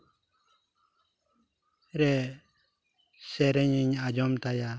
ᱨᱮ ᱥᱮᱨᱮᱧᱤᱧ ᱟᱸᱡᱚᱢ ᱛᱟᱭᱟ